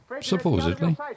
Supposedly